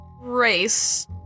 race